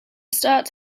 sturt